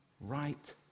Right